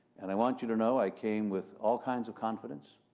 and i want you to know i came with all kinds of confidence,